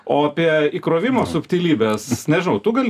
o apie įkrovimo subtilybes nežinau tu gal